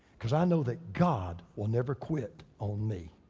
cause i know that god will never quit on me.